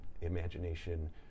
imagination